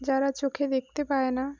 যারা চোখে দেখতে পায় না